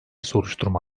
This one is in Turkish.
soruşturma